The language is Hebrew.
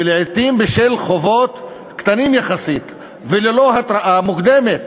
ולעתים בשל חובות קטנים יחסית וללא התראה מוקדמת